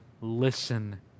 listen